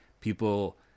people